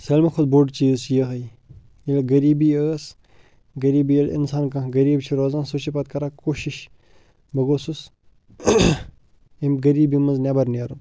سٲلِمو کھۄتہٕ بوٚڑ چیٖز چھِ یِہوٚے ییٚلہِ غریٖبی ٲس غریٖبی ییٚلہِ اِنسان کانٛہہ غریٖب چھُ روزان سُہ چھِ پتہٕ کَران کوٗشِش بہٕ گٔژھُس ییٚمہِ غٔریٖبی منٛز نٮ۪بر نیرُن